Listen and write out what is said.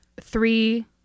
Three